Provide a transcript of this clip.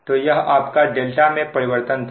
तो यह आपका ∆ में परिवर्तन था